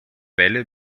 wälle